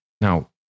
Now